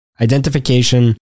identification